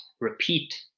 repeat